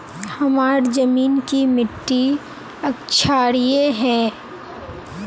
हमार जमीन की मिट्टी क्षारीय है?